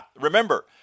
Remember